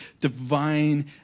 divine